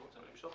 הוא רוצה למשוך.